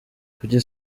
kuki